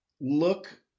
Look